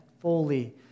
fully